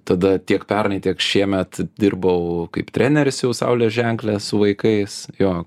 tada tiek pernai tiek šiemet dirbau kaip treneris jau saulės ženkle su vaikais jog